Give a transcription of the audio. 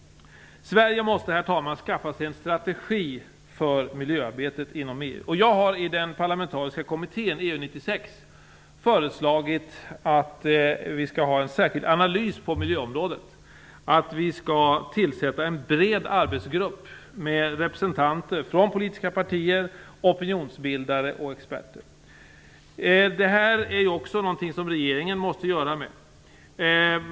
Sverige måste, herr talman, skaffa sig en strategi för miljöarbetet inom EU. Jag har i den parlamentariska kommittén EU 96 föreslagit att vi skall göra en särskild analys på miljöområdet och att vi skall tillsätta en bred arbetsgrupp med representanter från politiska partier, opinionsbildare och experter. Det är någonting som regeringen måste göra nu.